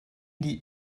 die